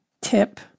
tip